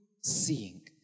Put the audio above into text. seeing